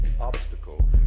obstacle